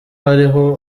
hariho